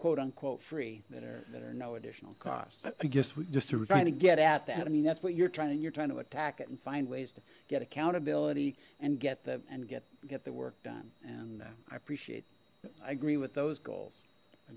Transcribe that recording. quote unquote free that are there are no additional cost i guess we're trying to get at that i mean that's what you're trying you're trying to attack it and find ways to get accountability and get them and get get the work done and i appreciate i agree with those goals i